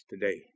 today